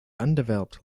undeveloped